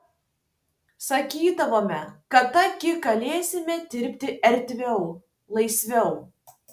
sakydavome kada gi galėsime dirbti erdviau laisviau